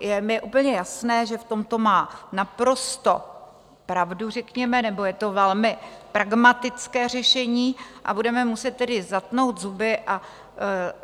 Je mi úplně jasné, že v tomto má naprosto pravdu, řekněme, nebo je to velmi pragmatické řešení, a budeme muset tedy zatnout zuby a